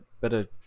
Better